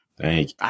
Thank